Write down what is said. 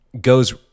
goes